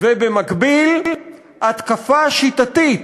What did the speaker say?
ובמקביל התקפה שיטתית